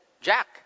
Jack